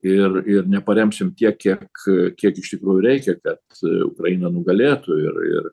ir ir neparemsim tiek kiek kiek iš tikrųjų reikia kad ukraina nugalėtų ir ir